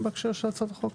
לא.